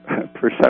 perception